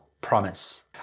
promise